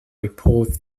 report